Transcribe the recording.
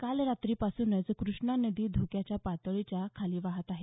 काल रात्री पासूनच क्रष्णा नदी धोक्याच्या पातळीच्या खाली वाहत आहे